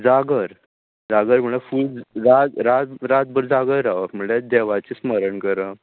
जागर जागर म्हणल्यार फूल रात रातबर जागें रावप म्हणल्या देवाचें स्मरण करप